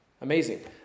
Amazing